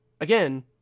again